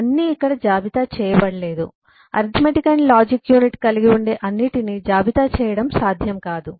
అన్నీ ఇక్కడ జాబితా చేయబడలేదు అర్థమెటిక్ అండ్ లాజిక్ యూనిట్ కలిగి ఉండే అన్నింటిని జాబితా చేయడం సాధ్యం కాదు